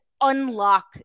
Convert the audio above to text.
unlock